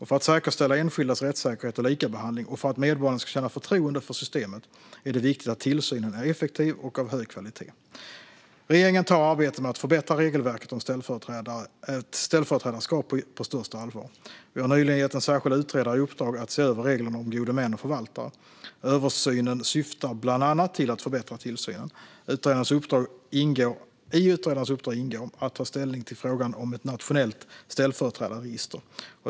För att säkerställa enskildas rättssäkerhet och likabehandling och för att medborgarna ska känna förtroende för systemet är det viktigt att tillsynen är effektiv och av hög kvalitet. Regeringen tar arbetet med att förbättra regelverket om ställföreträdarskap på största allvar. Vi har nyligen gett en särskild utredare i uppdrag att se över reglerna om gode män och förvaltare. Översynen syftar bland annat till att förbättra tillsynen. I utredarens uppdrag ingår att ta ställning till frågan om ett nationellt ställföreträdarregister.